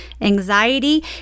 anxiety